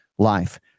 life